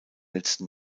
letzten